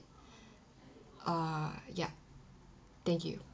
uh ya thank you